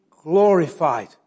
Glorified